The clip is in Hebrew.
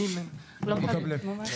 לא מקבלים.